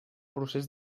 procés